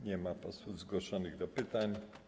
Nie ma posłów zgłoszonych do pytań.